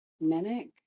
mimic